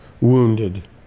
wounded